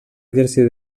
exercir